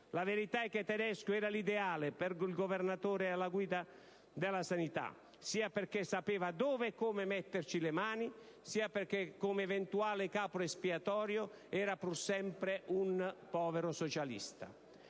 La verità è che Tedesco era l'ideale per il Governatore alla guida della sanità, sia perché sapeva dove e come metterci le mani, sia perché, come eventuale capro espiatorio, era pur sempre un povero socialista.